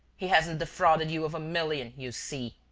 he hasn't defrauded you of a million, you see.